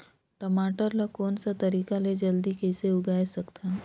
टमाटर ला कोन सा तरीका ले जल्दी कइसे उगाय सकथन?